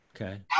Okay